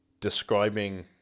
describing